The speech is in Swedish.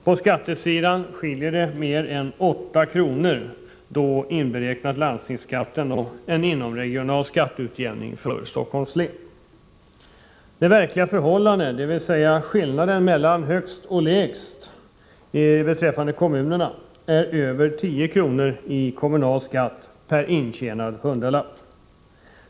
På skattesidan skiljer det mer än 8 kr., då inberäknat landstingsskatt och en inomregional skatteutjämning för Stockholms län. Det verkliga förhållandet, dvs. skillnaden mellan högst och lägst beträffande kommunerna, är över 10 kr. i kommunal skatt per intjänad hundralapp.